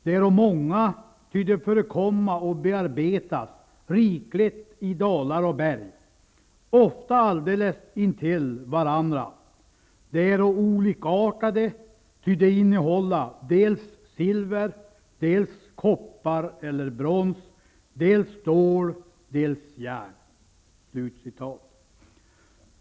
De äro många, ty de förekomma och bearbetas rikligt i dalar och berg, ofta alldeles intill hvarandra. De äro olikartade, ty de innehålla dels silver, dels koppar eller brons, dels stål, dels järn.''